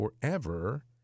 forever